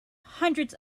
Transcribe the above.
hundreds